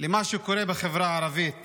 למה שקורה בחברה הערבית